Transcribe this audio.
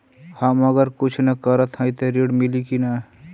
हम अगर कुछ न करत हई त ऋण मिली कि ना?